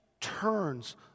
turns